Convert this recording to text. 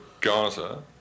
Gaza